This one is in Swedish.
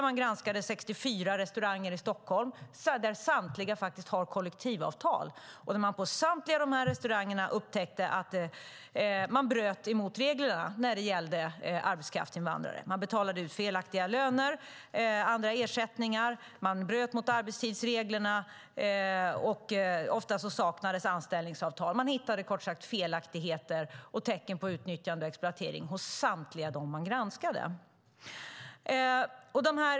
Man granskade 64 restauranger i Stockholm, alla med kollektivavtal. På samtliga restauranger upptäcktes det att man bröt mot reglerna när det gällde arbetskraftsinvandrare. Man betalade ut felaktiga löner och ersättningar, man bröt mot arbetstidsreglerna och ofta saknades anställningsavtal. Facket hittade kort sagt felaktigheter och tecken på utnyttjande och exploatering hos samtliga man granskade.